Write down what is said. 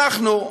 אנחנו,